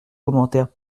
commentaires